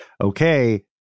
Okay